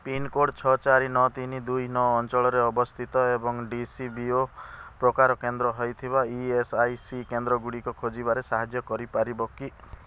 pincode ଛଅ ଚାରି ନଅ ତିନି ଦୁଇ ନଅ ଅଞ୍ଚଳରେ ଅବସ୍ଥିତ ଏବଂ ଡି ସି ବି ଓ ପ୍ରକାର କେନ୍ଦ୍ର ହୋଇଥିବା ଇ ଏସ୍ ଆଇ ସି କେନ୍ଦ୍ର ଗୁଡ଼ିକ ଖୋଜିବାରେ ସାହାଯ୍ୟ କରିପାରିବ କି